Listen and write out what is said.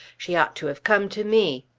she ought to have come to me.